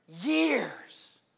years